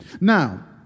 Now